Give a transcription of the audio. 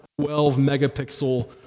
12-megapixel